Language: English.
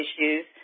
issues